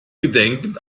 gedenken